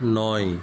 নয়